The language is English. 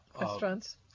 restaurants